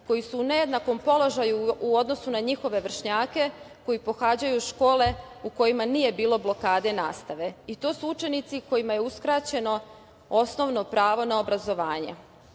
koji su u nejednakom položaju u odnosu na njihove vršnjake koji pohađaju škole u kojima nije bilo blokade nastave. To su učenici kojima je uskraćeno osnovno pravo na obrazovanje. Sa